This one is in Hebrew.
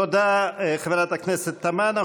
תודה, חברת הכנסת תמנו.